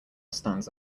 stands